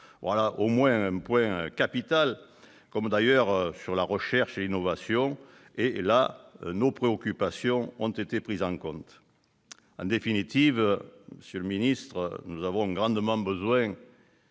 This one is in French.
Sur ce point capital, comme d'ailleurs sur la recherche et l'innovation, nos préoccupations ont été prises en compte. En définitive, monsieur le ministre, nous avons grandement besoin